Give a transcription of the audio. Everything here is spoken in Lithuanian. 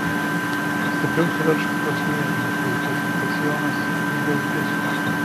stipriau suveržk tuos nėrinius vaikuti kad sijonas lygiau kristų